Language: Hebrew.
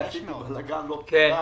עשיתי בלגן לא קטן.